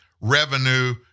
revenue